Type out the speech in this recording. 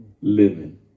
living